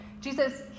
Jesus